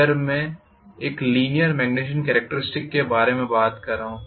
अगर मैं एक लीनीयर मेग्नेटाईज़ेशन कॅरेक्टरिस्टिक्स के बारे में बात कर रहा हूँ